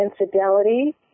Infidelity